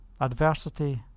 adversity